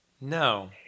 No